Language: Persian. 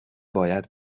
باید